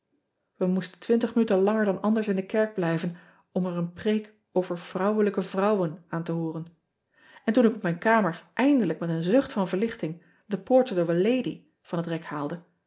e moesten twintig minuten langer dan anders in de kerk blijven om er een preek over rouwelijke rouwen aan te hooren n toen ik op mijn kamer eindelijk met een zucht van verlichting he ortrait of a ady van het rek haalde